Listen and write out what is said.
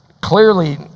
clearly